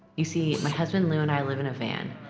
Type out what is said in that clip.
you see, my husband lou and i live in a van.